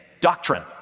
doctrine